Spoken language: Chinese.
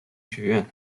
学院